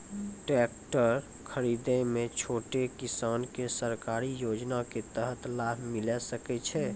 Tractor खरीदै मे छोटो किसान के सरकारी योजना के तहत लाभ मिलै सकै छै?